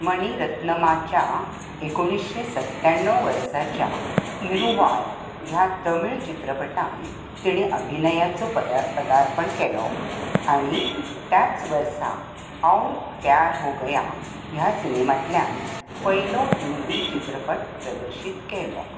मणी रत्नमाच्या एकोणवशे सत्त्याणव वर्साच्या इरुवार ह्या तमीळ चित्रपटांत तिणें अभिनयाचो पदा पदार्पण केलो आनी त्याच वर्सा और प्यार हो गया ह्या सिनेमांतल्यान पयलो हिंदी चित्रपट प्रदर्शीत केलो